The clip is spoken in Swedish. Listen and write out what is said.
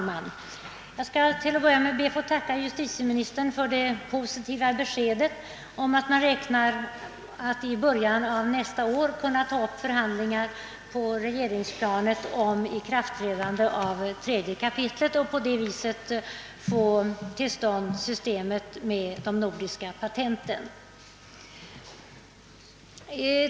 Herr talman! Jag ber att få tacka justitieministern för det positiva beskedet att man beräknar att i början av nästa år kunna ta upp förhandlingar på regeringsplanet om ikraftträdande av 3 kap. patentlagen som gäller nordisk patentansökan.